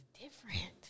different